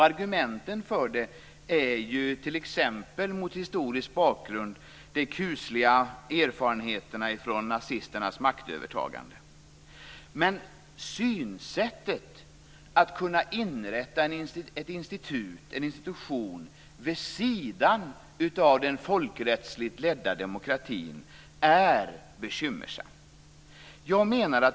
Argumenten för är mot historisk bakgrund de kusliga erfarenheterna från nazisternas maktövertagande. Men synsättet att inrätta ett institution vid sidan av den folkrättsligt ledda demokratin är bekymmersamt.